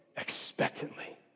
expectantly